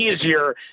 easier